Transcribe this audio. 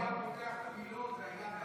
אם הוא היה פותח את המילון היום,